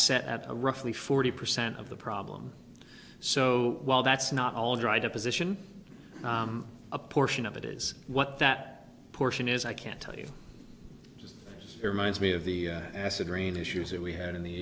set at roughly forty percent of the problem so while that's not all dried up position a portion of it is what that portion is i can't tell you just reminds me of the acid rain issues that we had in the